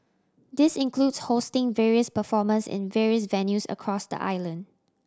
this includes hosting various performers in various venues across the island